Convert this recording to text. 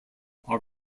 are